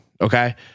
Okay